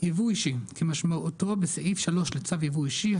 "ייבוא אישי" כמשמעותו בסעיף 3 לצו ייבוא אישי,